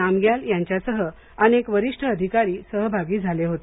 नामग्याल यांच्यासह अनेक वरिष्ठ अधिकारी सहभागी झाले होते